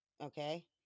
Okay